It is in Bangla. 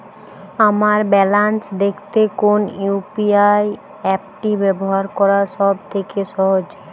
আমার ব্যালান্স দেখতে কোন ইউ.পি.আই অ্যাপটি ব্যবহার করা সব থেকে সহজ?